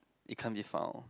it can't be found